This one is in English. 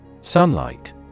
Sunlight